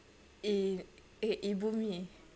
in~ eh ibumie eh